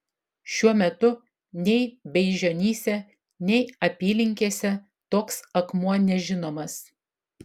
šiuo metu nei beižionyse nei apylinkėse toks akmuo nežinomas